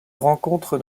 rencontre